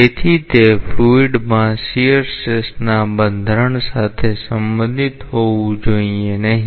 તેથી તે ફ્લુઇડ માં શીયર સ્ટ્રેસના બંધારણ સાથે સંબંધિત હોવું જોઈએ નહીં